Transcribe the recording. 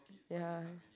ya